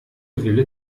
wille